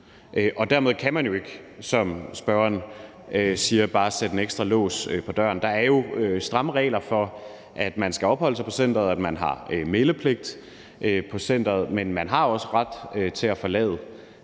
og dermed kan man ikke, som spørgeren siger, bare sætte en ekstra lås på døren. Der er jo stramme regler om, at man skal opholde sig på centeret, at man har meldepligt på centeret. Men man har også ret til at forlade